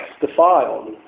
defiled